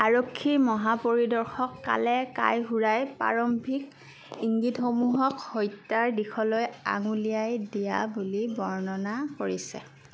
আৰক্ষী মহাপৰিদৰ্শক কালে কাইহুৰাই প্ৰাৰম্ভিক ইংগিতসমূহক হত্যাৰ দিশলৈ আঙুলিয়াই দিয়া বুলি বৰ্ণনা কৰিছে